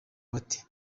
bati